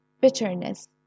bitterness